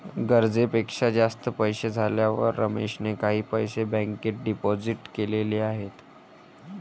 गरजेपेक्षा जास्त पैसे झाल्यावर रमेशने काही पैसे बँकेत डिपोजित केलेले आहेत